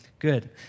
Good